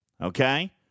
okay